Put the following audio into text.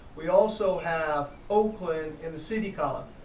we also have oakland in the city column.